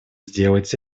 сделать